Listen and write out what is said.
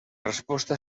resposta